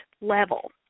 level